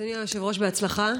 אדוני היושב-ראש, בהצלחה.